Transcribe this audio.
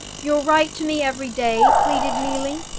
you'll write to me every day? pleaded neelie,